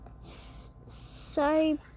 Sorry